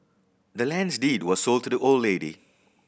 the land's deed was sold to the old lady